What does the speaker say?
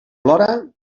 plora